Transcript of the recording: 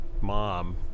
mom